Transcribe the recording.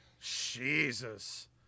Jesus